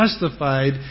justified